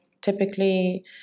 typically